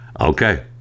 Okay